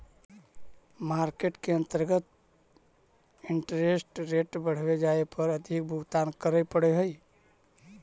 market के अंतर्गत interest rate बढ़वे जाए पर अधिक भुगतान करे पड़ऽ हई